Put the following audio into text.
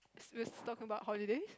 suppose to talk about holidays